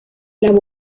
las